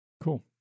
Cool